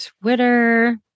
Twitter